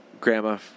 Grandma